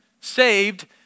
saved